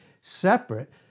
separate